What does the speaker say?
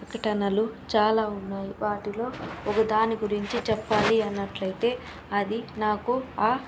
ప్రకటనలు చాలా ఉన్నాయి వాటిలో ఒక దాని గురించి చెప్పాలి అన్నట్లయితే అది నాకు ఆ